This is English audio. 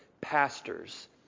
pastors